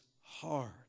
hard